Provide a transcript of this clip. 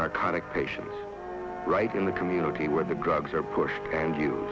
narcotic patients right in the community where the drugs are pushed and you